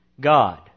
God